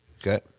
okay